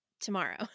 tomorrow